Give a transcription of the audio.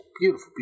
Beautiful